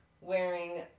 wearing